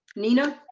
nina.